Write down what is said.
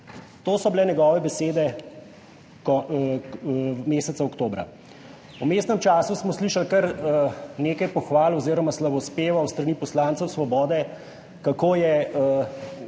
To so bile njegove besede meseca oktobra. V vmesnem času smo slišali kar nekaj pohval oziroma slavospevov s strani poslancev Svobode, kako je